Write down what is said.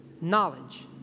knowledge